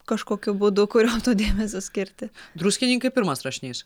kažkokiu būdu kurio dėmesio skirti druskininkai pirmas rašinys